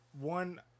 one